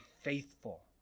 faithful